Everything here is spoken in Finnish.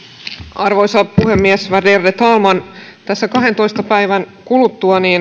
arvoisa puhemies värderade talman kahdentoista päivän kuluttua